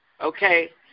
Okay